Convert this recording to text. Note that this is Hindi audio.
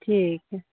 ठीक है